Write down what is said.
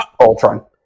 Ultron